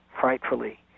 frightfully